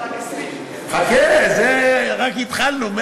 יש לה רק 20. חכה, זה, רק התחלנו,